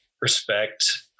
respect